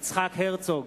יצחק הרצוג,